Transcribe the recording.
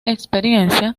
experiencia